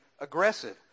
aggressive